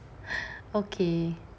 okay